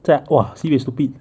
在哇 sibeh stupid